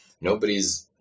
Nobody's